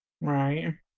Right